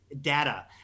data